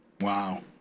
wow